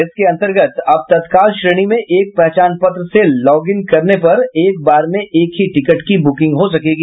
इसके अंतर्गत अब तत्काल श्रेणी में एक पहचान पत्र से लॉगिन करने पर एक बार में एक ही टिकट की बुकिंग हो सकेगी